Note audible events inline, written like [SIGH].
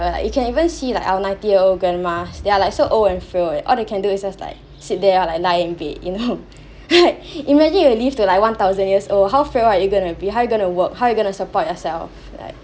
like you can even see like our ninety year old grandmas they are like so old and frail all they can do is just like sit there or like lying in bed in home you know right [LAUGHS] imagine you live to like one thousand years old how frail are you going to be how you gonna work how you gonna support yourself like